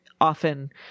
often